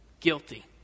Guilty